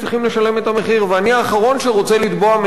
ואני האחרון שרוצה לתבוע מהם מחיר כלשהו.